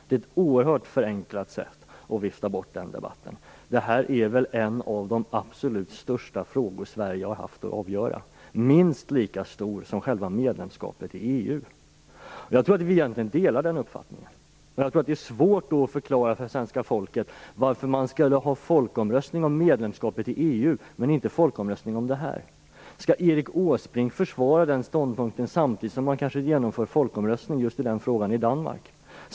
Det är ett oerhört förenklat sätt att vifta undan den debatten på. Det här är väl en av de absolut största frågor som Sverige har haft att avgöra - minst lika stor som själv medlemskapet i EU. Jag tror att vi egentligen delar den uppfattningen, och jag tror att det är svårt att förklara för svenska folket varför man skulle ha folkomröstning om medlemskapet i EU men inte om detta. Skall Erik Åsbrink försvara den ståndpunkten samtidigt som man kanske genomför folkomröstning i just den frågan i Danmark?